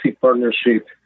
partnership